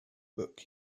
book